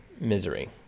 misery